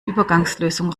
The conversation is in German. übergangslösung